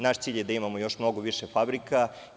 Naš cilj je da imamo još mnogo fabrika.